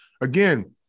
again